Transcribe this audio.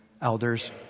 Elders